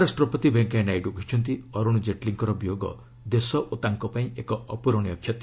ଉପରାଷ୍ଟ୍ରପତି ଭେଙ୍କୟା ନାଇଡୁ କହିଛନ୍ତି ଅରୁଣ ଜେଟଲୀଙ୍କର ବିୟୋଗ ଦେଶ ଓ ତାଙ୍କ ପାଇଁ ଏକ ଅପ୍ରରଣୀୟ କ୍ଷତି